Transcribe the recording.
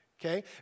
Okay